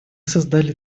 создали